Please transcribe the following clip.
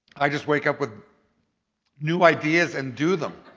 i just wake up with new ideas and do them.